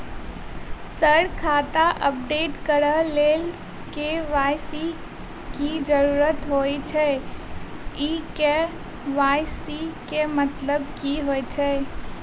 Sir खाता update करऽ लेल के.वाई.सी की जरुरत होइ छैय इ के.वाई.सी केँ मतलब की होइ छैय?